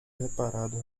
reparado